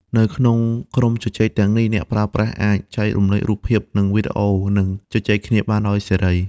នៅក្នុងក្រុមជជែកទាំងនេះ អ្នកប្រើប្រាស់អាច ចែករំលែករូបភាព និងវីដេអូ និងជជែកគ្នាបានដោយសេរី។